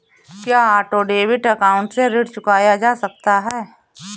क्या auto debit account से ऋण चुकाया जा सकता है?